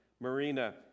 Marina